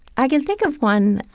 i can think of one,